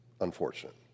unfortunate